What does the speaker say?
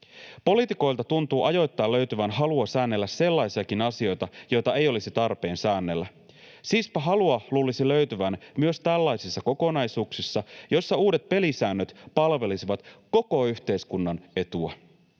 Poliitikoilta tuntuu ajoittain löytyvän halua säännellä sellaisiakin asioita, joita ei olisi tarpeen säännellä. Siispä halua luulisi löytyvän myös tällaisissa kokonaisuuksissa, joissa uudet pelisäännöt palvelisivat koko yhteiskunnan etua.